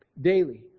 Daily